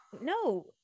no